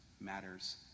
matters